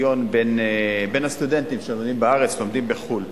שוויון בין הסטודנטים שלומדים בארץ ללומדים בחו"ל.